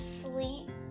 sleep